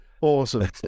awesome